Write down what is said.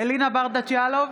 אלינה ברדץ' יאלוב,